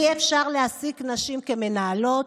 אי-אפשר להעסיק נשים כמנהלות,